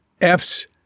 F's